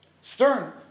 Stern